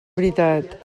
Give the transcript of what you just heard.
veritat